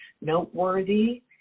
noteworthy